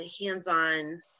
hands-on